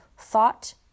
Thought